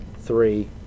three